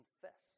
confess